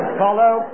follow